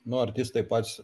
nu artistai patys